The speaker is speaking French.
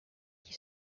qui